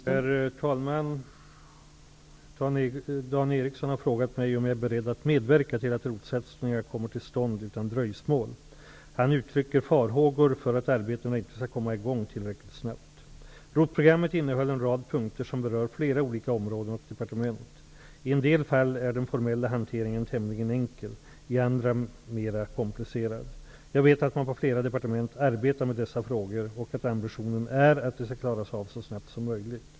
Herr talman! Dan Ericsson i Kolmården har frågat mig om jag är beredd att medverka till att ROT satsningarna kommer till stånd utan dröjsmål. Han uttrycker farhågor för att arbetena inte skall komma igång tillräckligt snabbt. ROT-programmet innehöll en rad punkter som berör flera olika områden och departement. I en del fall är den formella hanteringen tämligen enkel, i andra mera komplicerad. Jag vet att man på flera departement arbetar med dessa frågor och att ambitionen är att de skall klaras av så snabbt som möjligt.